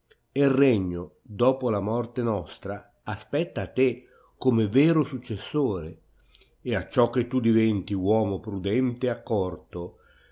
e il regno dopo la morte nostra aspetta a te come vero successore e acciò che tu diventi uomo prudente e accorto